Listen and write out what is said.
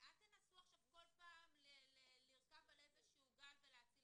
אל תנסו בכל פעם לרכוב על איזשהו גל ולהציל